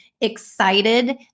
excited